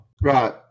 Right